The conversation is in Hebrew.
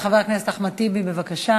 חבר הכנסת אחמד טיבי, בבקשה,